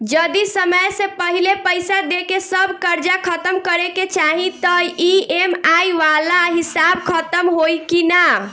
जदी समय से पहिले पईसा देके सब कर्जा खतम करे के चाही त ई.एम.आई वाला हिसाब खतम होइकी ना?